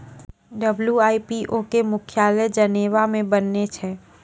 WIPO के मुख्यालय Geneva मे बनैने छै